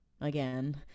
again